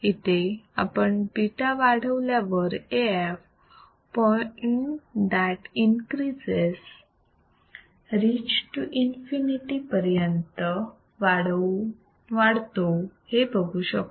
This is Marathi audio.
इथे आपण β वाढवल्यावर Af point that increase reach to infinite पर्यंत वाढतो हे बघू शकतो